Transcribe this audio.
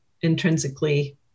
intrinsically